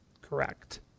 Correct